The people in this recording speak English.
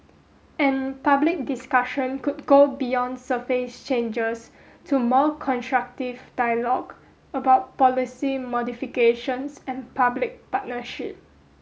and public discussion could go beyond surface changes to more constructive dialogue about policy modifications and public partnership